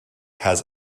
has